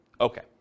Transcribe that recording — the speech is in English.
Okay